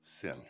sin